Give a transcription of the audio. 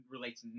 relates